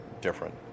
different